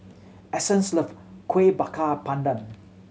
Essence love Kuih Bakar Pandan